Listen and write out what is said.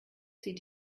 zieht